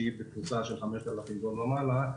שהיא בתפוסה של 5,000 טון ומעלה,